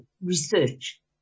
research